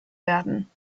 werden